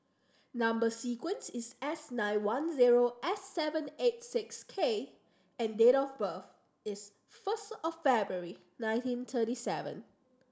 number sequence is S nine one zero S seven eight six K and date of birth is first of February nineteen thirty seven